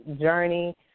journey